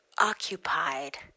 occupied